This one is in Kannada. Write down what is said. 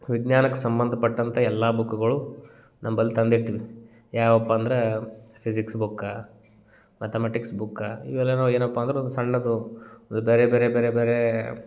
ವಿಜ್ಞಾನಕ್ಕೆ ಸಂಬಂಧಪಟ್ಟಂಥ ಎಲ್ಲ ಬುಕ್ಕ್ಗಳು ನಮ್ಮಲ್ ತಂದಿಟ್ವಿ ಯಾವಪ್ಪ ಅಂದರೆ ಫಿಝಿಕ್ಸ್ ಬುಕ್ಕಾ ಮೆತಮೆಟಿಕ್ಸ್ ಬುಕ್ಕಾ ಇವೆಲ್ಲ ನಾವು ಏನಪ್ಪ ಅಂದ್ರೆ ಒಂದು ಸಣ್ಣದು ಬೇರೆ ಬೇರೆ ಬೇರೆ ಬೇರೆ